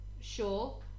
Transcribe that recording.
sure